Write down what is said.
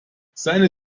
seine